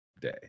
day